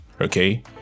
Okay